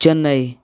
Chennai